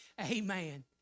Amen